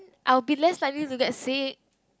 I will be late suddenly we get sick